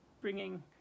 bringing